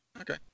Okay